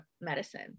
medicine